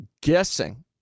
guessing